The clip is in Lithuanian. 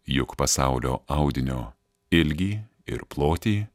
juk pasaulio audinio ilgį ir plotį